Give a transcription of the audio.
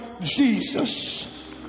Jesus